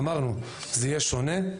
אמרנו, זה יהיה שונה,